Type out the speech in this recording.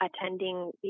attending